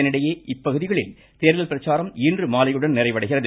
இதனிடையே இப்பகுதிகளில் தேர்தல் பிரச்சாரம் இன்று மாலையுடன் நிறைவடைகிறது